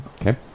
Okay